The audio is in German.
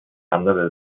andere